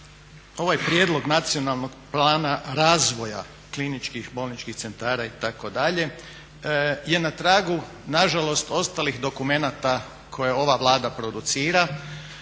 ovaj Prijedlog nacionalnog plana razvoja kliničkih bolničkih centara itd., je na tragu nažalost ostalih dokumenata koje ova Vlada producira,